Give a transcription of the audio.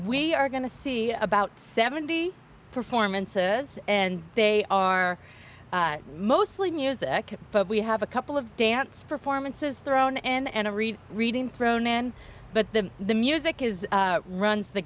we are going to see about seventy performances and they are mostly music but we have a couple of dance performances thrown and a read reading thrown in but the the music is runs the